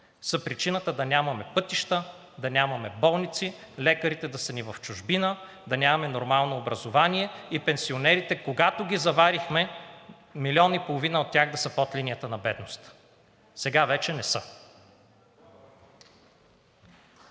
са причината да нямаме пътища, да нямаме болници, лекарите ни да са в чужбина, да нямаме нормално образование. И пенсионерите, когато ги заварихме, милион и половина от тях да са под линията на бедност. Сега вече не са.